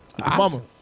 Mama